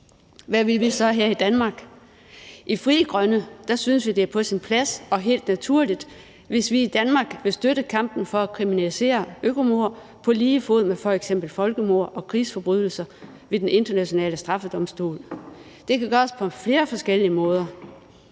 Hvad vil vi så her i Danmark? I Frie Grønne synes vi, det er på sin plads og helt naturligt, hvis vi i Danmark vil støtte kampen for at kriminalisere økomord på lige fod med f.eks. folkemord og krigsforbrydelser ved Den Internationale Straffedomstol. Det kan gøres på flere forskellige måder.